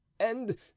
And